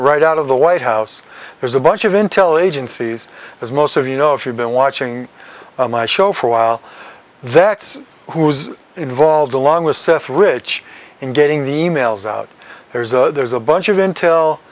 right out of the white house there's a bunch of intel agencies as most of you know if you've been watching my show for a while that's who's involved along with seth rich in getting the e mails out there's a there's a bunch of intel